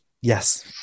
Yes